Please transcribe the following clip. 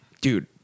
dude